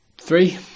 Three